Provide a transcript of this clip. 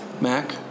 Mac